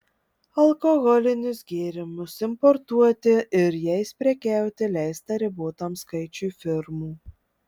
alkoholinius gėrimus importuoti ir jais prekiauti leista ribotam skaičiui firmų